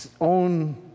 own